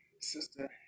Sister